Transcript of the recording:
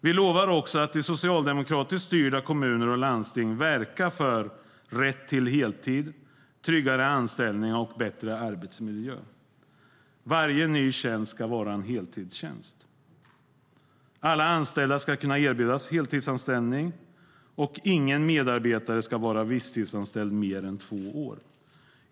Vi lovar också att i socialdemokratiskt styrda kommuner och landsting verka för rätt till heltid, tryggare anställningar och bättre arbetsmiljö. Varje ny tjänst ska vara en heltidstjänst. Alla anställda ska kunna erbjudas heltidsanställning. Ingen medarbetare ska vara visstidsanställd mer än två år.